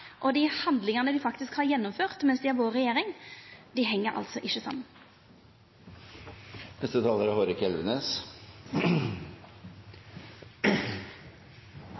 og dei handlingane dei faktisk har gjennomført mens dei har vore i regjering, altså ikkje heng saman. Representanten Hårek Elvenes